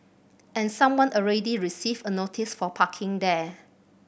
and someone already received a notice for parking there